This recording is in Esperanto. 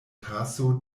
taso